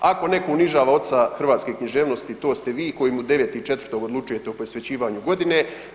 Ako netko unižava oca hrvatske književnosti to ste vi koji mu 9.4. odlučujete o posvećivanju godine.